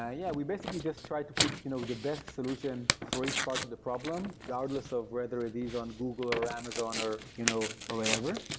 yeah yeah, we basically just try to pick you know the best solution for each part of the problem regardless of whether it is on google, or amazon, or you know or whatever.